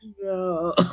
No